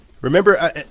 Remember